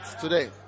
Today